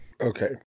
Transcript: Okay